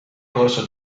corso